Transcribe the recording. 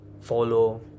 follow